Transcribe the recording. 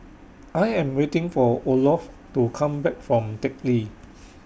I Am waiting For Olof to Come Back from Teck Lee